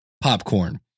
popcorn